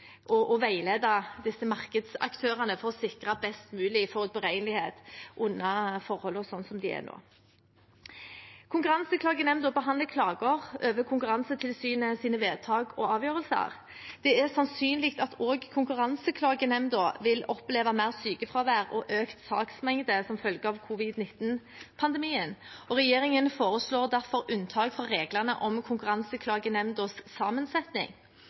og veilede markedsaktørene for å sikre best mulig forutberegnelighet under de rådende forhold. Konkurranseklagenemnda behandler klager over Konkurransetilsynets vedtak og avgjørelser. Det er sannsynlig at også konkurranseklagenemnda vil oppleve mer sykefravær og økt saksmengde som følge av covid-19-pandemien, og regjeringen foreslår derfor unntak fra reglene om konkurranseklagenemndas sammensetning.